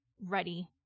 ready